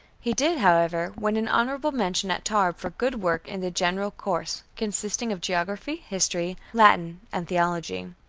he did, however, win an honorable mention at tarbes for good work in the general course, consisting of geography, history, latin, and theology.